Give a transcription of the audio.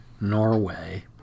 Norway